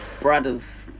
Brothers